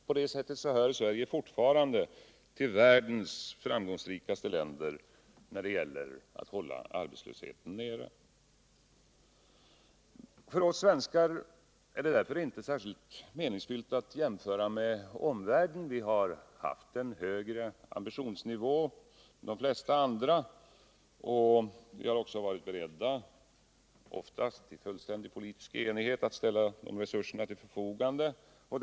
På det sättet hör Sverige fortfarande till världens framgångsrikaste länder när det gäller att hålla arbetslösheten nere. För oss svenskar är det därför inte särskilt meningsfullt att göra jämförelser med omvärlden. Vi har haft en högre ambitionsnivå än de flesta andra länder. Vi har också varit beredda — oftast i fullständig politisk enighet — att ställa de resurser som krävts för detta till förfogande.